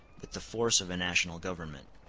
with the force of a national government.